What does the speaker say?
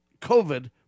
COVID